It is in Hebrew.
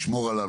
לשמור עליו?